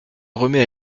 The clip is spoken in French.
remet